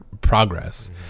progress